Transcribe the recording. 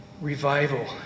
Revival